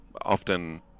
often